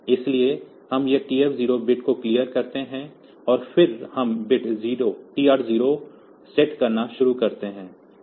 इसलिए हम यहां TF0 बिट को क्लियर करते हैं और फिर हम बिट TR0 सेट करना शुरू करते हैं